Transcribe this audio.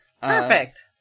Perfect